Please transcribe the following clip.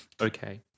Okay